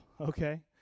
Okay